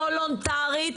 וולונטרית,